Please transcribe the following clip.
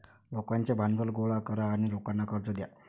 लोकांचे भांडवल गोळा करा आणि लोकांना कर्ज द्या